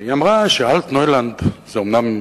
והיא אמרה ש"אלטנוילנד" זה אומנם